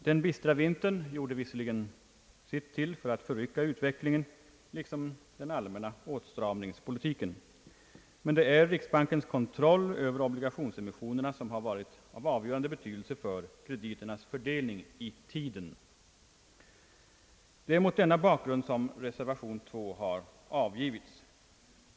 Den bistra vintern gjorde visserligen sitt till att förrycka utvecklingen liksom den allmänna åtstramningspolitiken, men det är riksbankens kontroll över obligationsemissionerna som har varit av avgörande betydelse för krediternas fördelning i tiden. Det är mot denna bakgrund som den med 2 betecknade reservationen har avgivits.